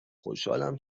خوشحالم